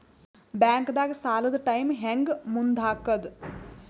ಬ್ಯಾಂಕ್ದಾಗ ಸಾಲದ ಟೈಮ್ ಹೆಂಗ್ ಮುಂದಾಕದ್?